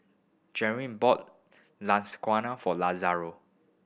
bought Lasagna for Lazaro